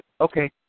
Okay